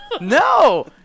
No